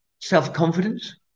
self-confidence